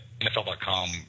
NFL.com